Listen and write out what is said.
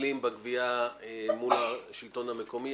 מטפלים בגבייה מול השלטון המקומי?